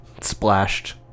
splashed